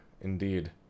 indeed